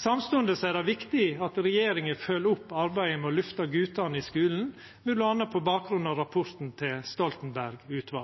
Samstundes er det viktig at regjeringa følgjer opp arbeidet med å løfta gutane i skulen, m.a. på bakgrunn av rapporten til